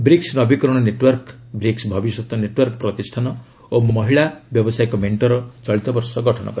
ବ୍ରିକ୍ନ ନବୀକରଣ ନେଟୱାର୍କ ବ୍ରିକ୍ନ ଭବିଷ୍ୟତ ନେଟୱାର୍କ ପ୍ରତିଷ୍ଠାନ ଓ ମହିଳା ବ୍ୟବସାୟିକ ମେଣ୍ଟର ଚଳିତବର୍ଷ ଗଠନ ହେବ